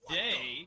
day